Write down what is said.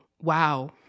wow